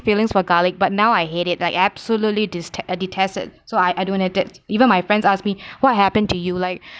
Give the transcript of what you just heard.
feelings for garlic but now I hate it like absolutely deste~ uh detest it so I don't eat it even my friends ask me what happened to you like